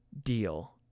deal